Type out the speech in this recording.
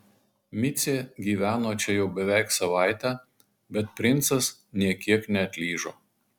micė gyveno čia jau beveik savaitę bet princas nė kiek neatlyžo